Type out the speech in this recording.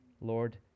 Lord